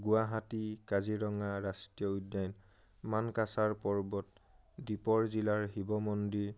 গুৱাহাটী কাজিৰঙা ৰাষ্ট্ৰীয় উদ্যন মানকাছাৰ পৰ্বত দ্বীপৰ জিলাৰ শিৱ মন্দিৰ